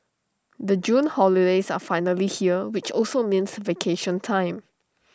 the June holidays are finally here which also means vacation time